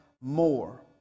more